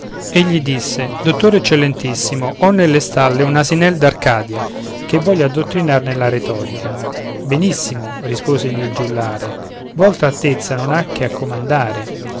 e gli disse dottore eccellentissimo ho nelle stalle un asinel d'arcadia che voglio addottrinar nella retorica benissimo risposegli il giullare vostra altezza non ha che a comandare